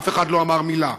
אף אחד לא אמר מילה.